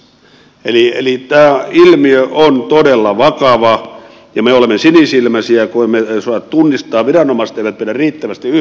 eli tämä ilmiö on todella vakava ja me olemme sinisilmäisiä kun emme osaa sitä tunnistaa viranomaiset eivät pidä riittävästi yhteyttä